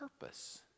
purpose